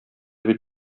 бит